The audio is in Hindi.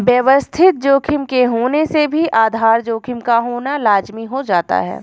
व्यवस्थित जोखिम के होने से भी आधार जोखिम का होना लाज़मी हो जाता है